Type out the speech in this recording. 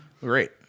Great